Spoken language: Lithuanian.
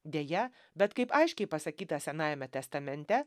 deja bet kaip aiškiai pasakyta senajame testamente